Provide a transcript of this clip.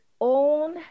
own